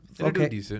okay